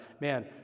Man